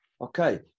Okay